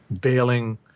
bailing